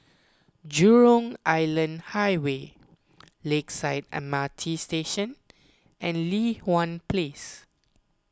Jurong Island Highway Lakeside M R T Station and Li Hwan Place